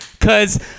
Cause